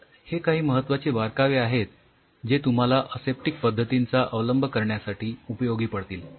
तर हे काही महत्वाचे बारकावे आहेत जे तुम्हाला असेप्टिक पद्धतींचा अवलंब करण्यासाठी उपयोगी पडतील